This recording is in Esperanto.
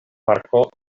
marko